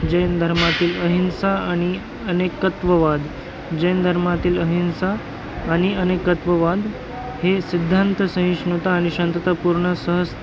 जैन धर्मातील अहिंसा आणि अनेकत्त्ववाद जैन धर्मातील अहिंसा आणि अनेकत्त्ववाद हे सिद्धांत सहिष्णुता आणि शांततापूर्ण सहज